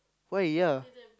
why ya